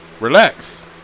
relax